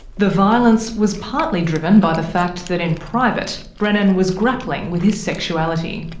the violence was partly driven by the fact that in private, brennan was grappling with his sexuality.